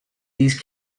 these